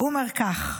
הוא אומר כך: